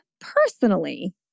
personally